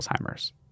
Alzheimer's